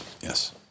Yes